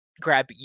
grab